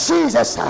Jesus